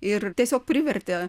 ir tiesiog privertė